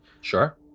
sure